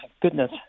goodness